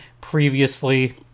previously